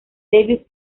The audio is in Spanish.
david